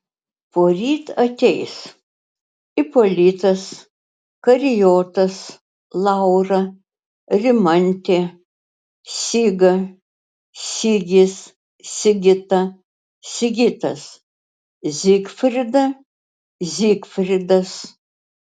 poryt ateis ipolitas karijotas laura rimantė siga sigis sigita sigitas zigfrida zygfridas